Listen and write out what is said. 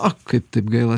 o kaip taip gaila